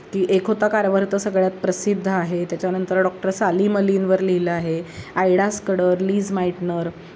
की एक होता कार्वर तर सगळ्यात प्रसिद्ध आहे त्याच्यानंतर डॉक्टर सालीम अलींवर लिहिलं आहे आयडा स्कडर लीज माईटनर